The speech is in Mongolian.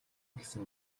гэсэн